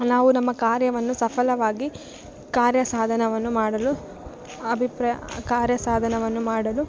ನಾವು ನಮ್ಮ ಕಾರ್ಯವನ್ನು ಸಫಲವಾಗಿ ಕಾರ್ಯ ಸಾಧನವನ್ನು ಮಾಡಲು ಅಭಿಪ್ರ ಕಾರ್ಯ ಸಾಧನವನ್ನು ಮಾಡಲು